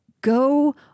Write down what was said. go